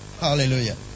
Hallelujah